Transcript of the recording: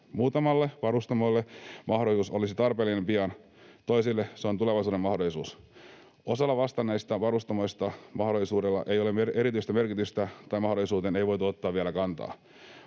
Muutamalle varustamolle mahdollisuus olisi tarpeellinen pian, toisille se on tulevaisuuden mahdollisuus. Osalle vastanneista varustamoista mahdollisuudella ei ole erityistä merkitystä, tai mahdollisuuteen ei voitu ottaa vielä kantaa.